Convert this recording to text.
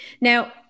Now